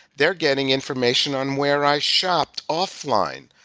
they're getting information on where i shopped offline.